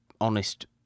honest